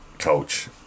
Coach